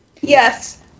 Yes